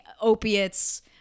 opiates